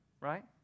right